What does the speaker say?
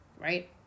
right